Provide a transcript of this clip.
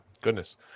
goodness